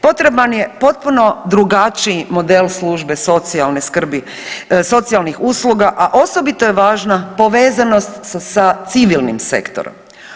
Potreban je potpuno drugačiji model službe socijalne skrbi, socijalnih usluga, a osobito je važna povezanost sa civilnim sektorom.